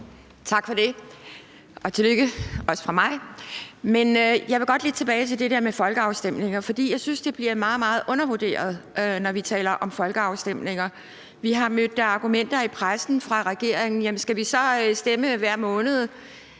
Tak for det, og tillykke også fra mig. Jeg vil godt lidt tilbage til det der med folkeafstemninger, for jeg synes, det bliver meget, meget undervurderet, når vi taler om folkeafstemninger. I pressen har vi mødt argumenter fra regeringen som: Jamen skal vi så stemme hver måned?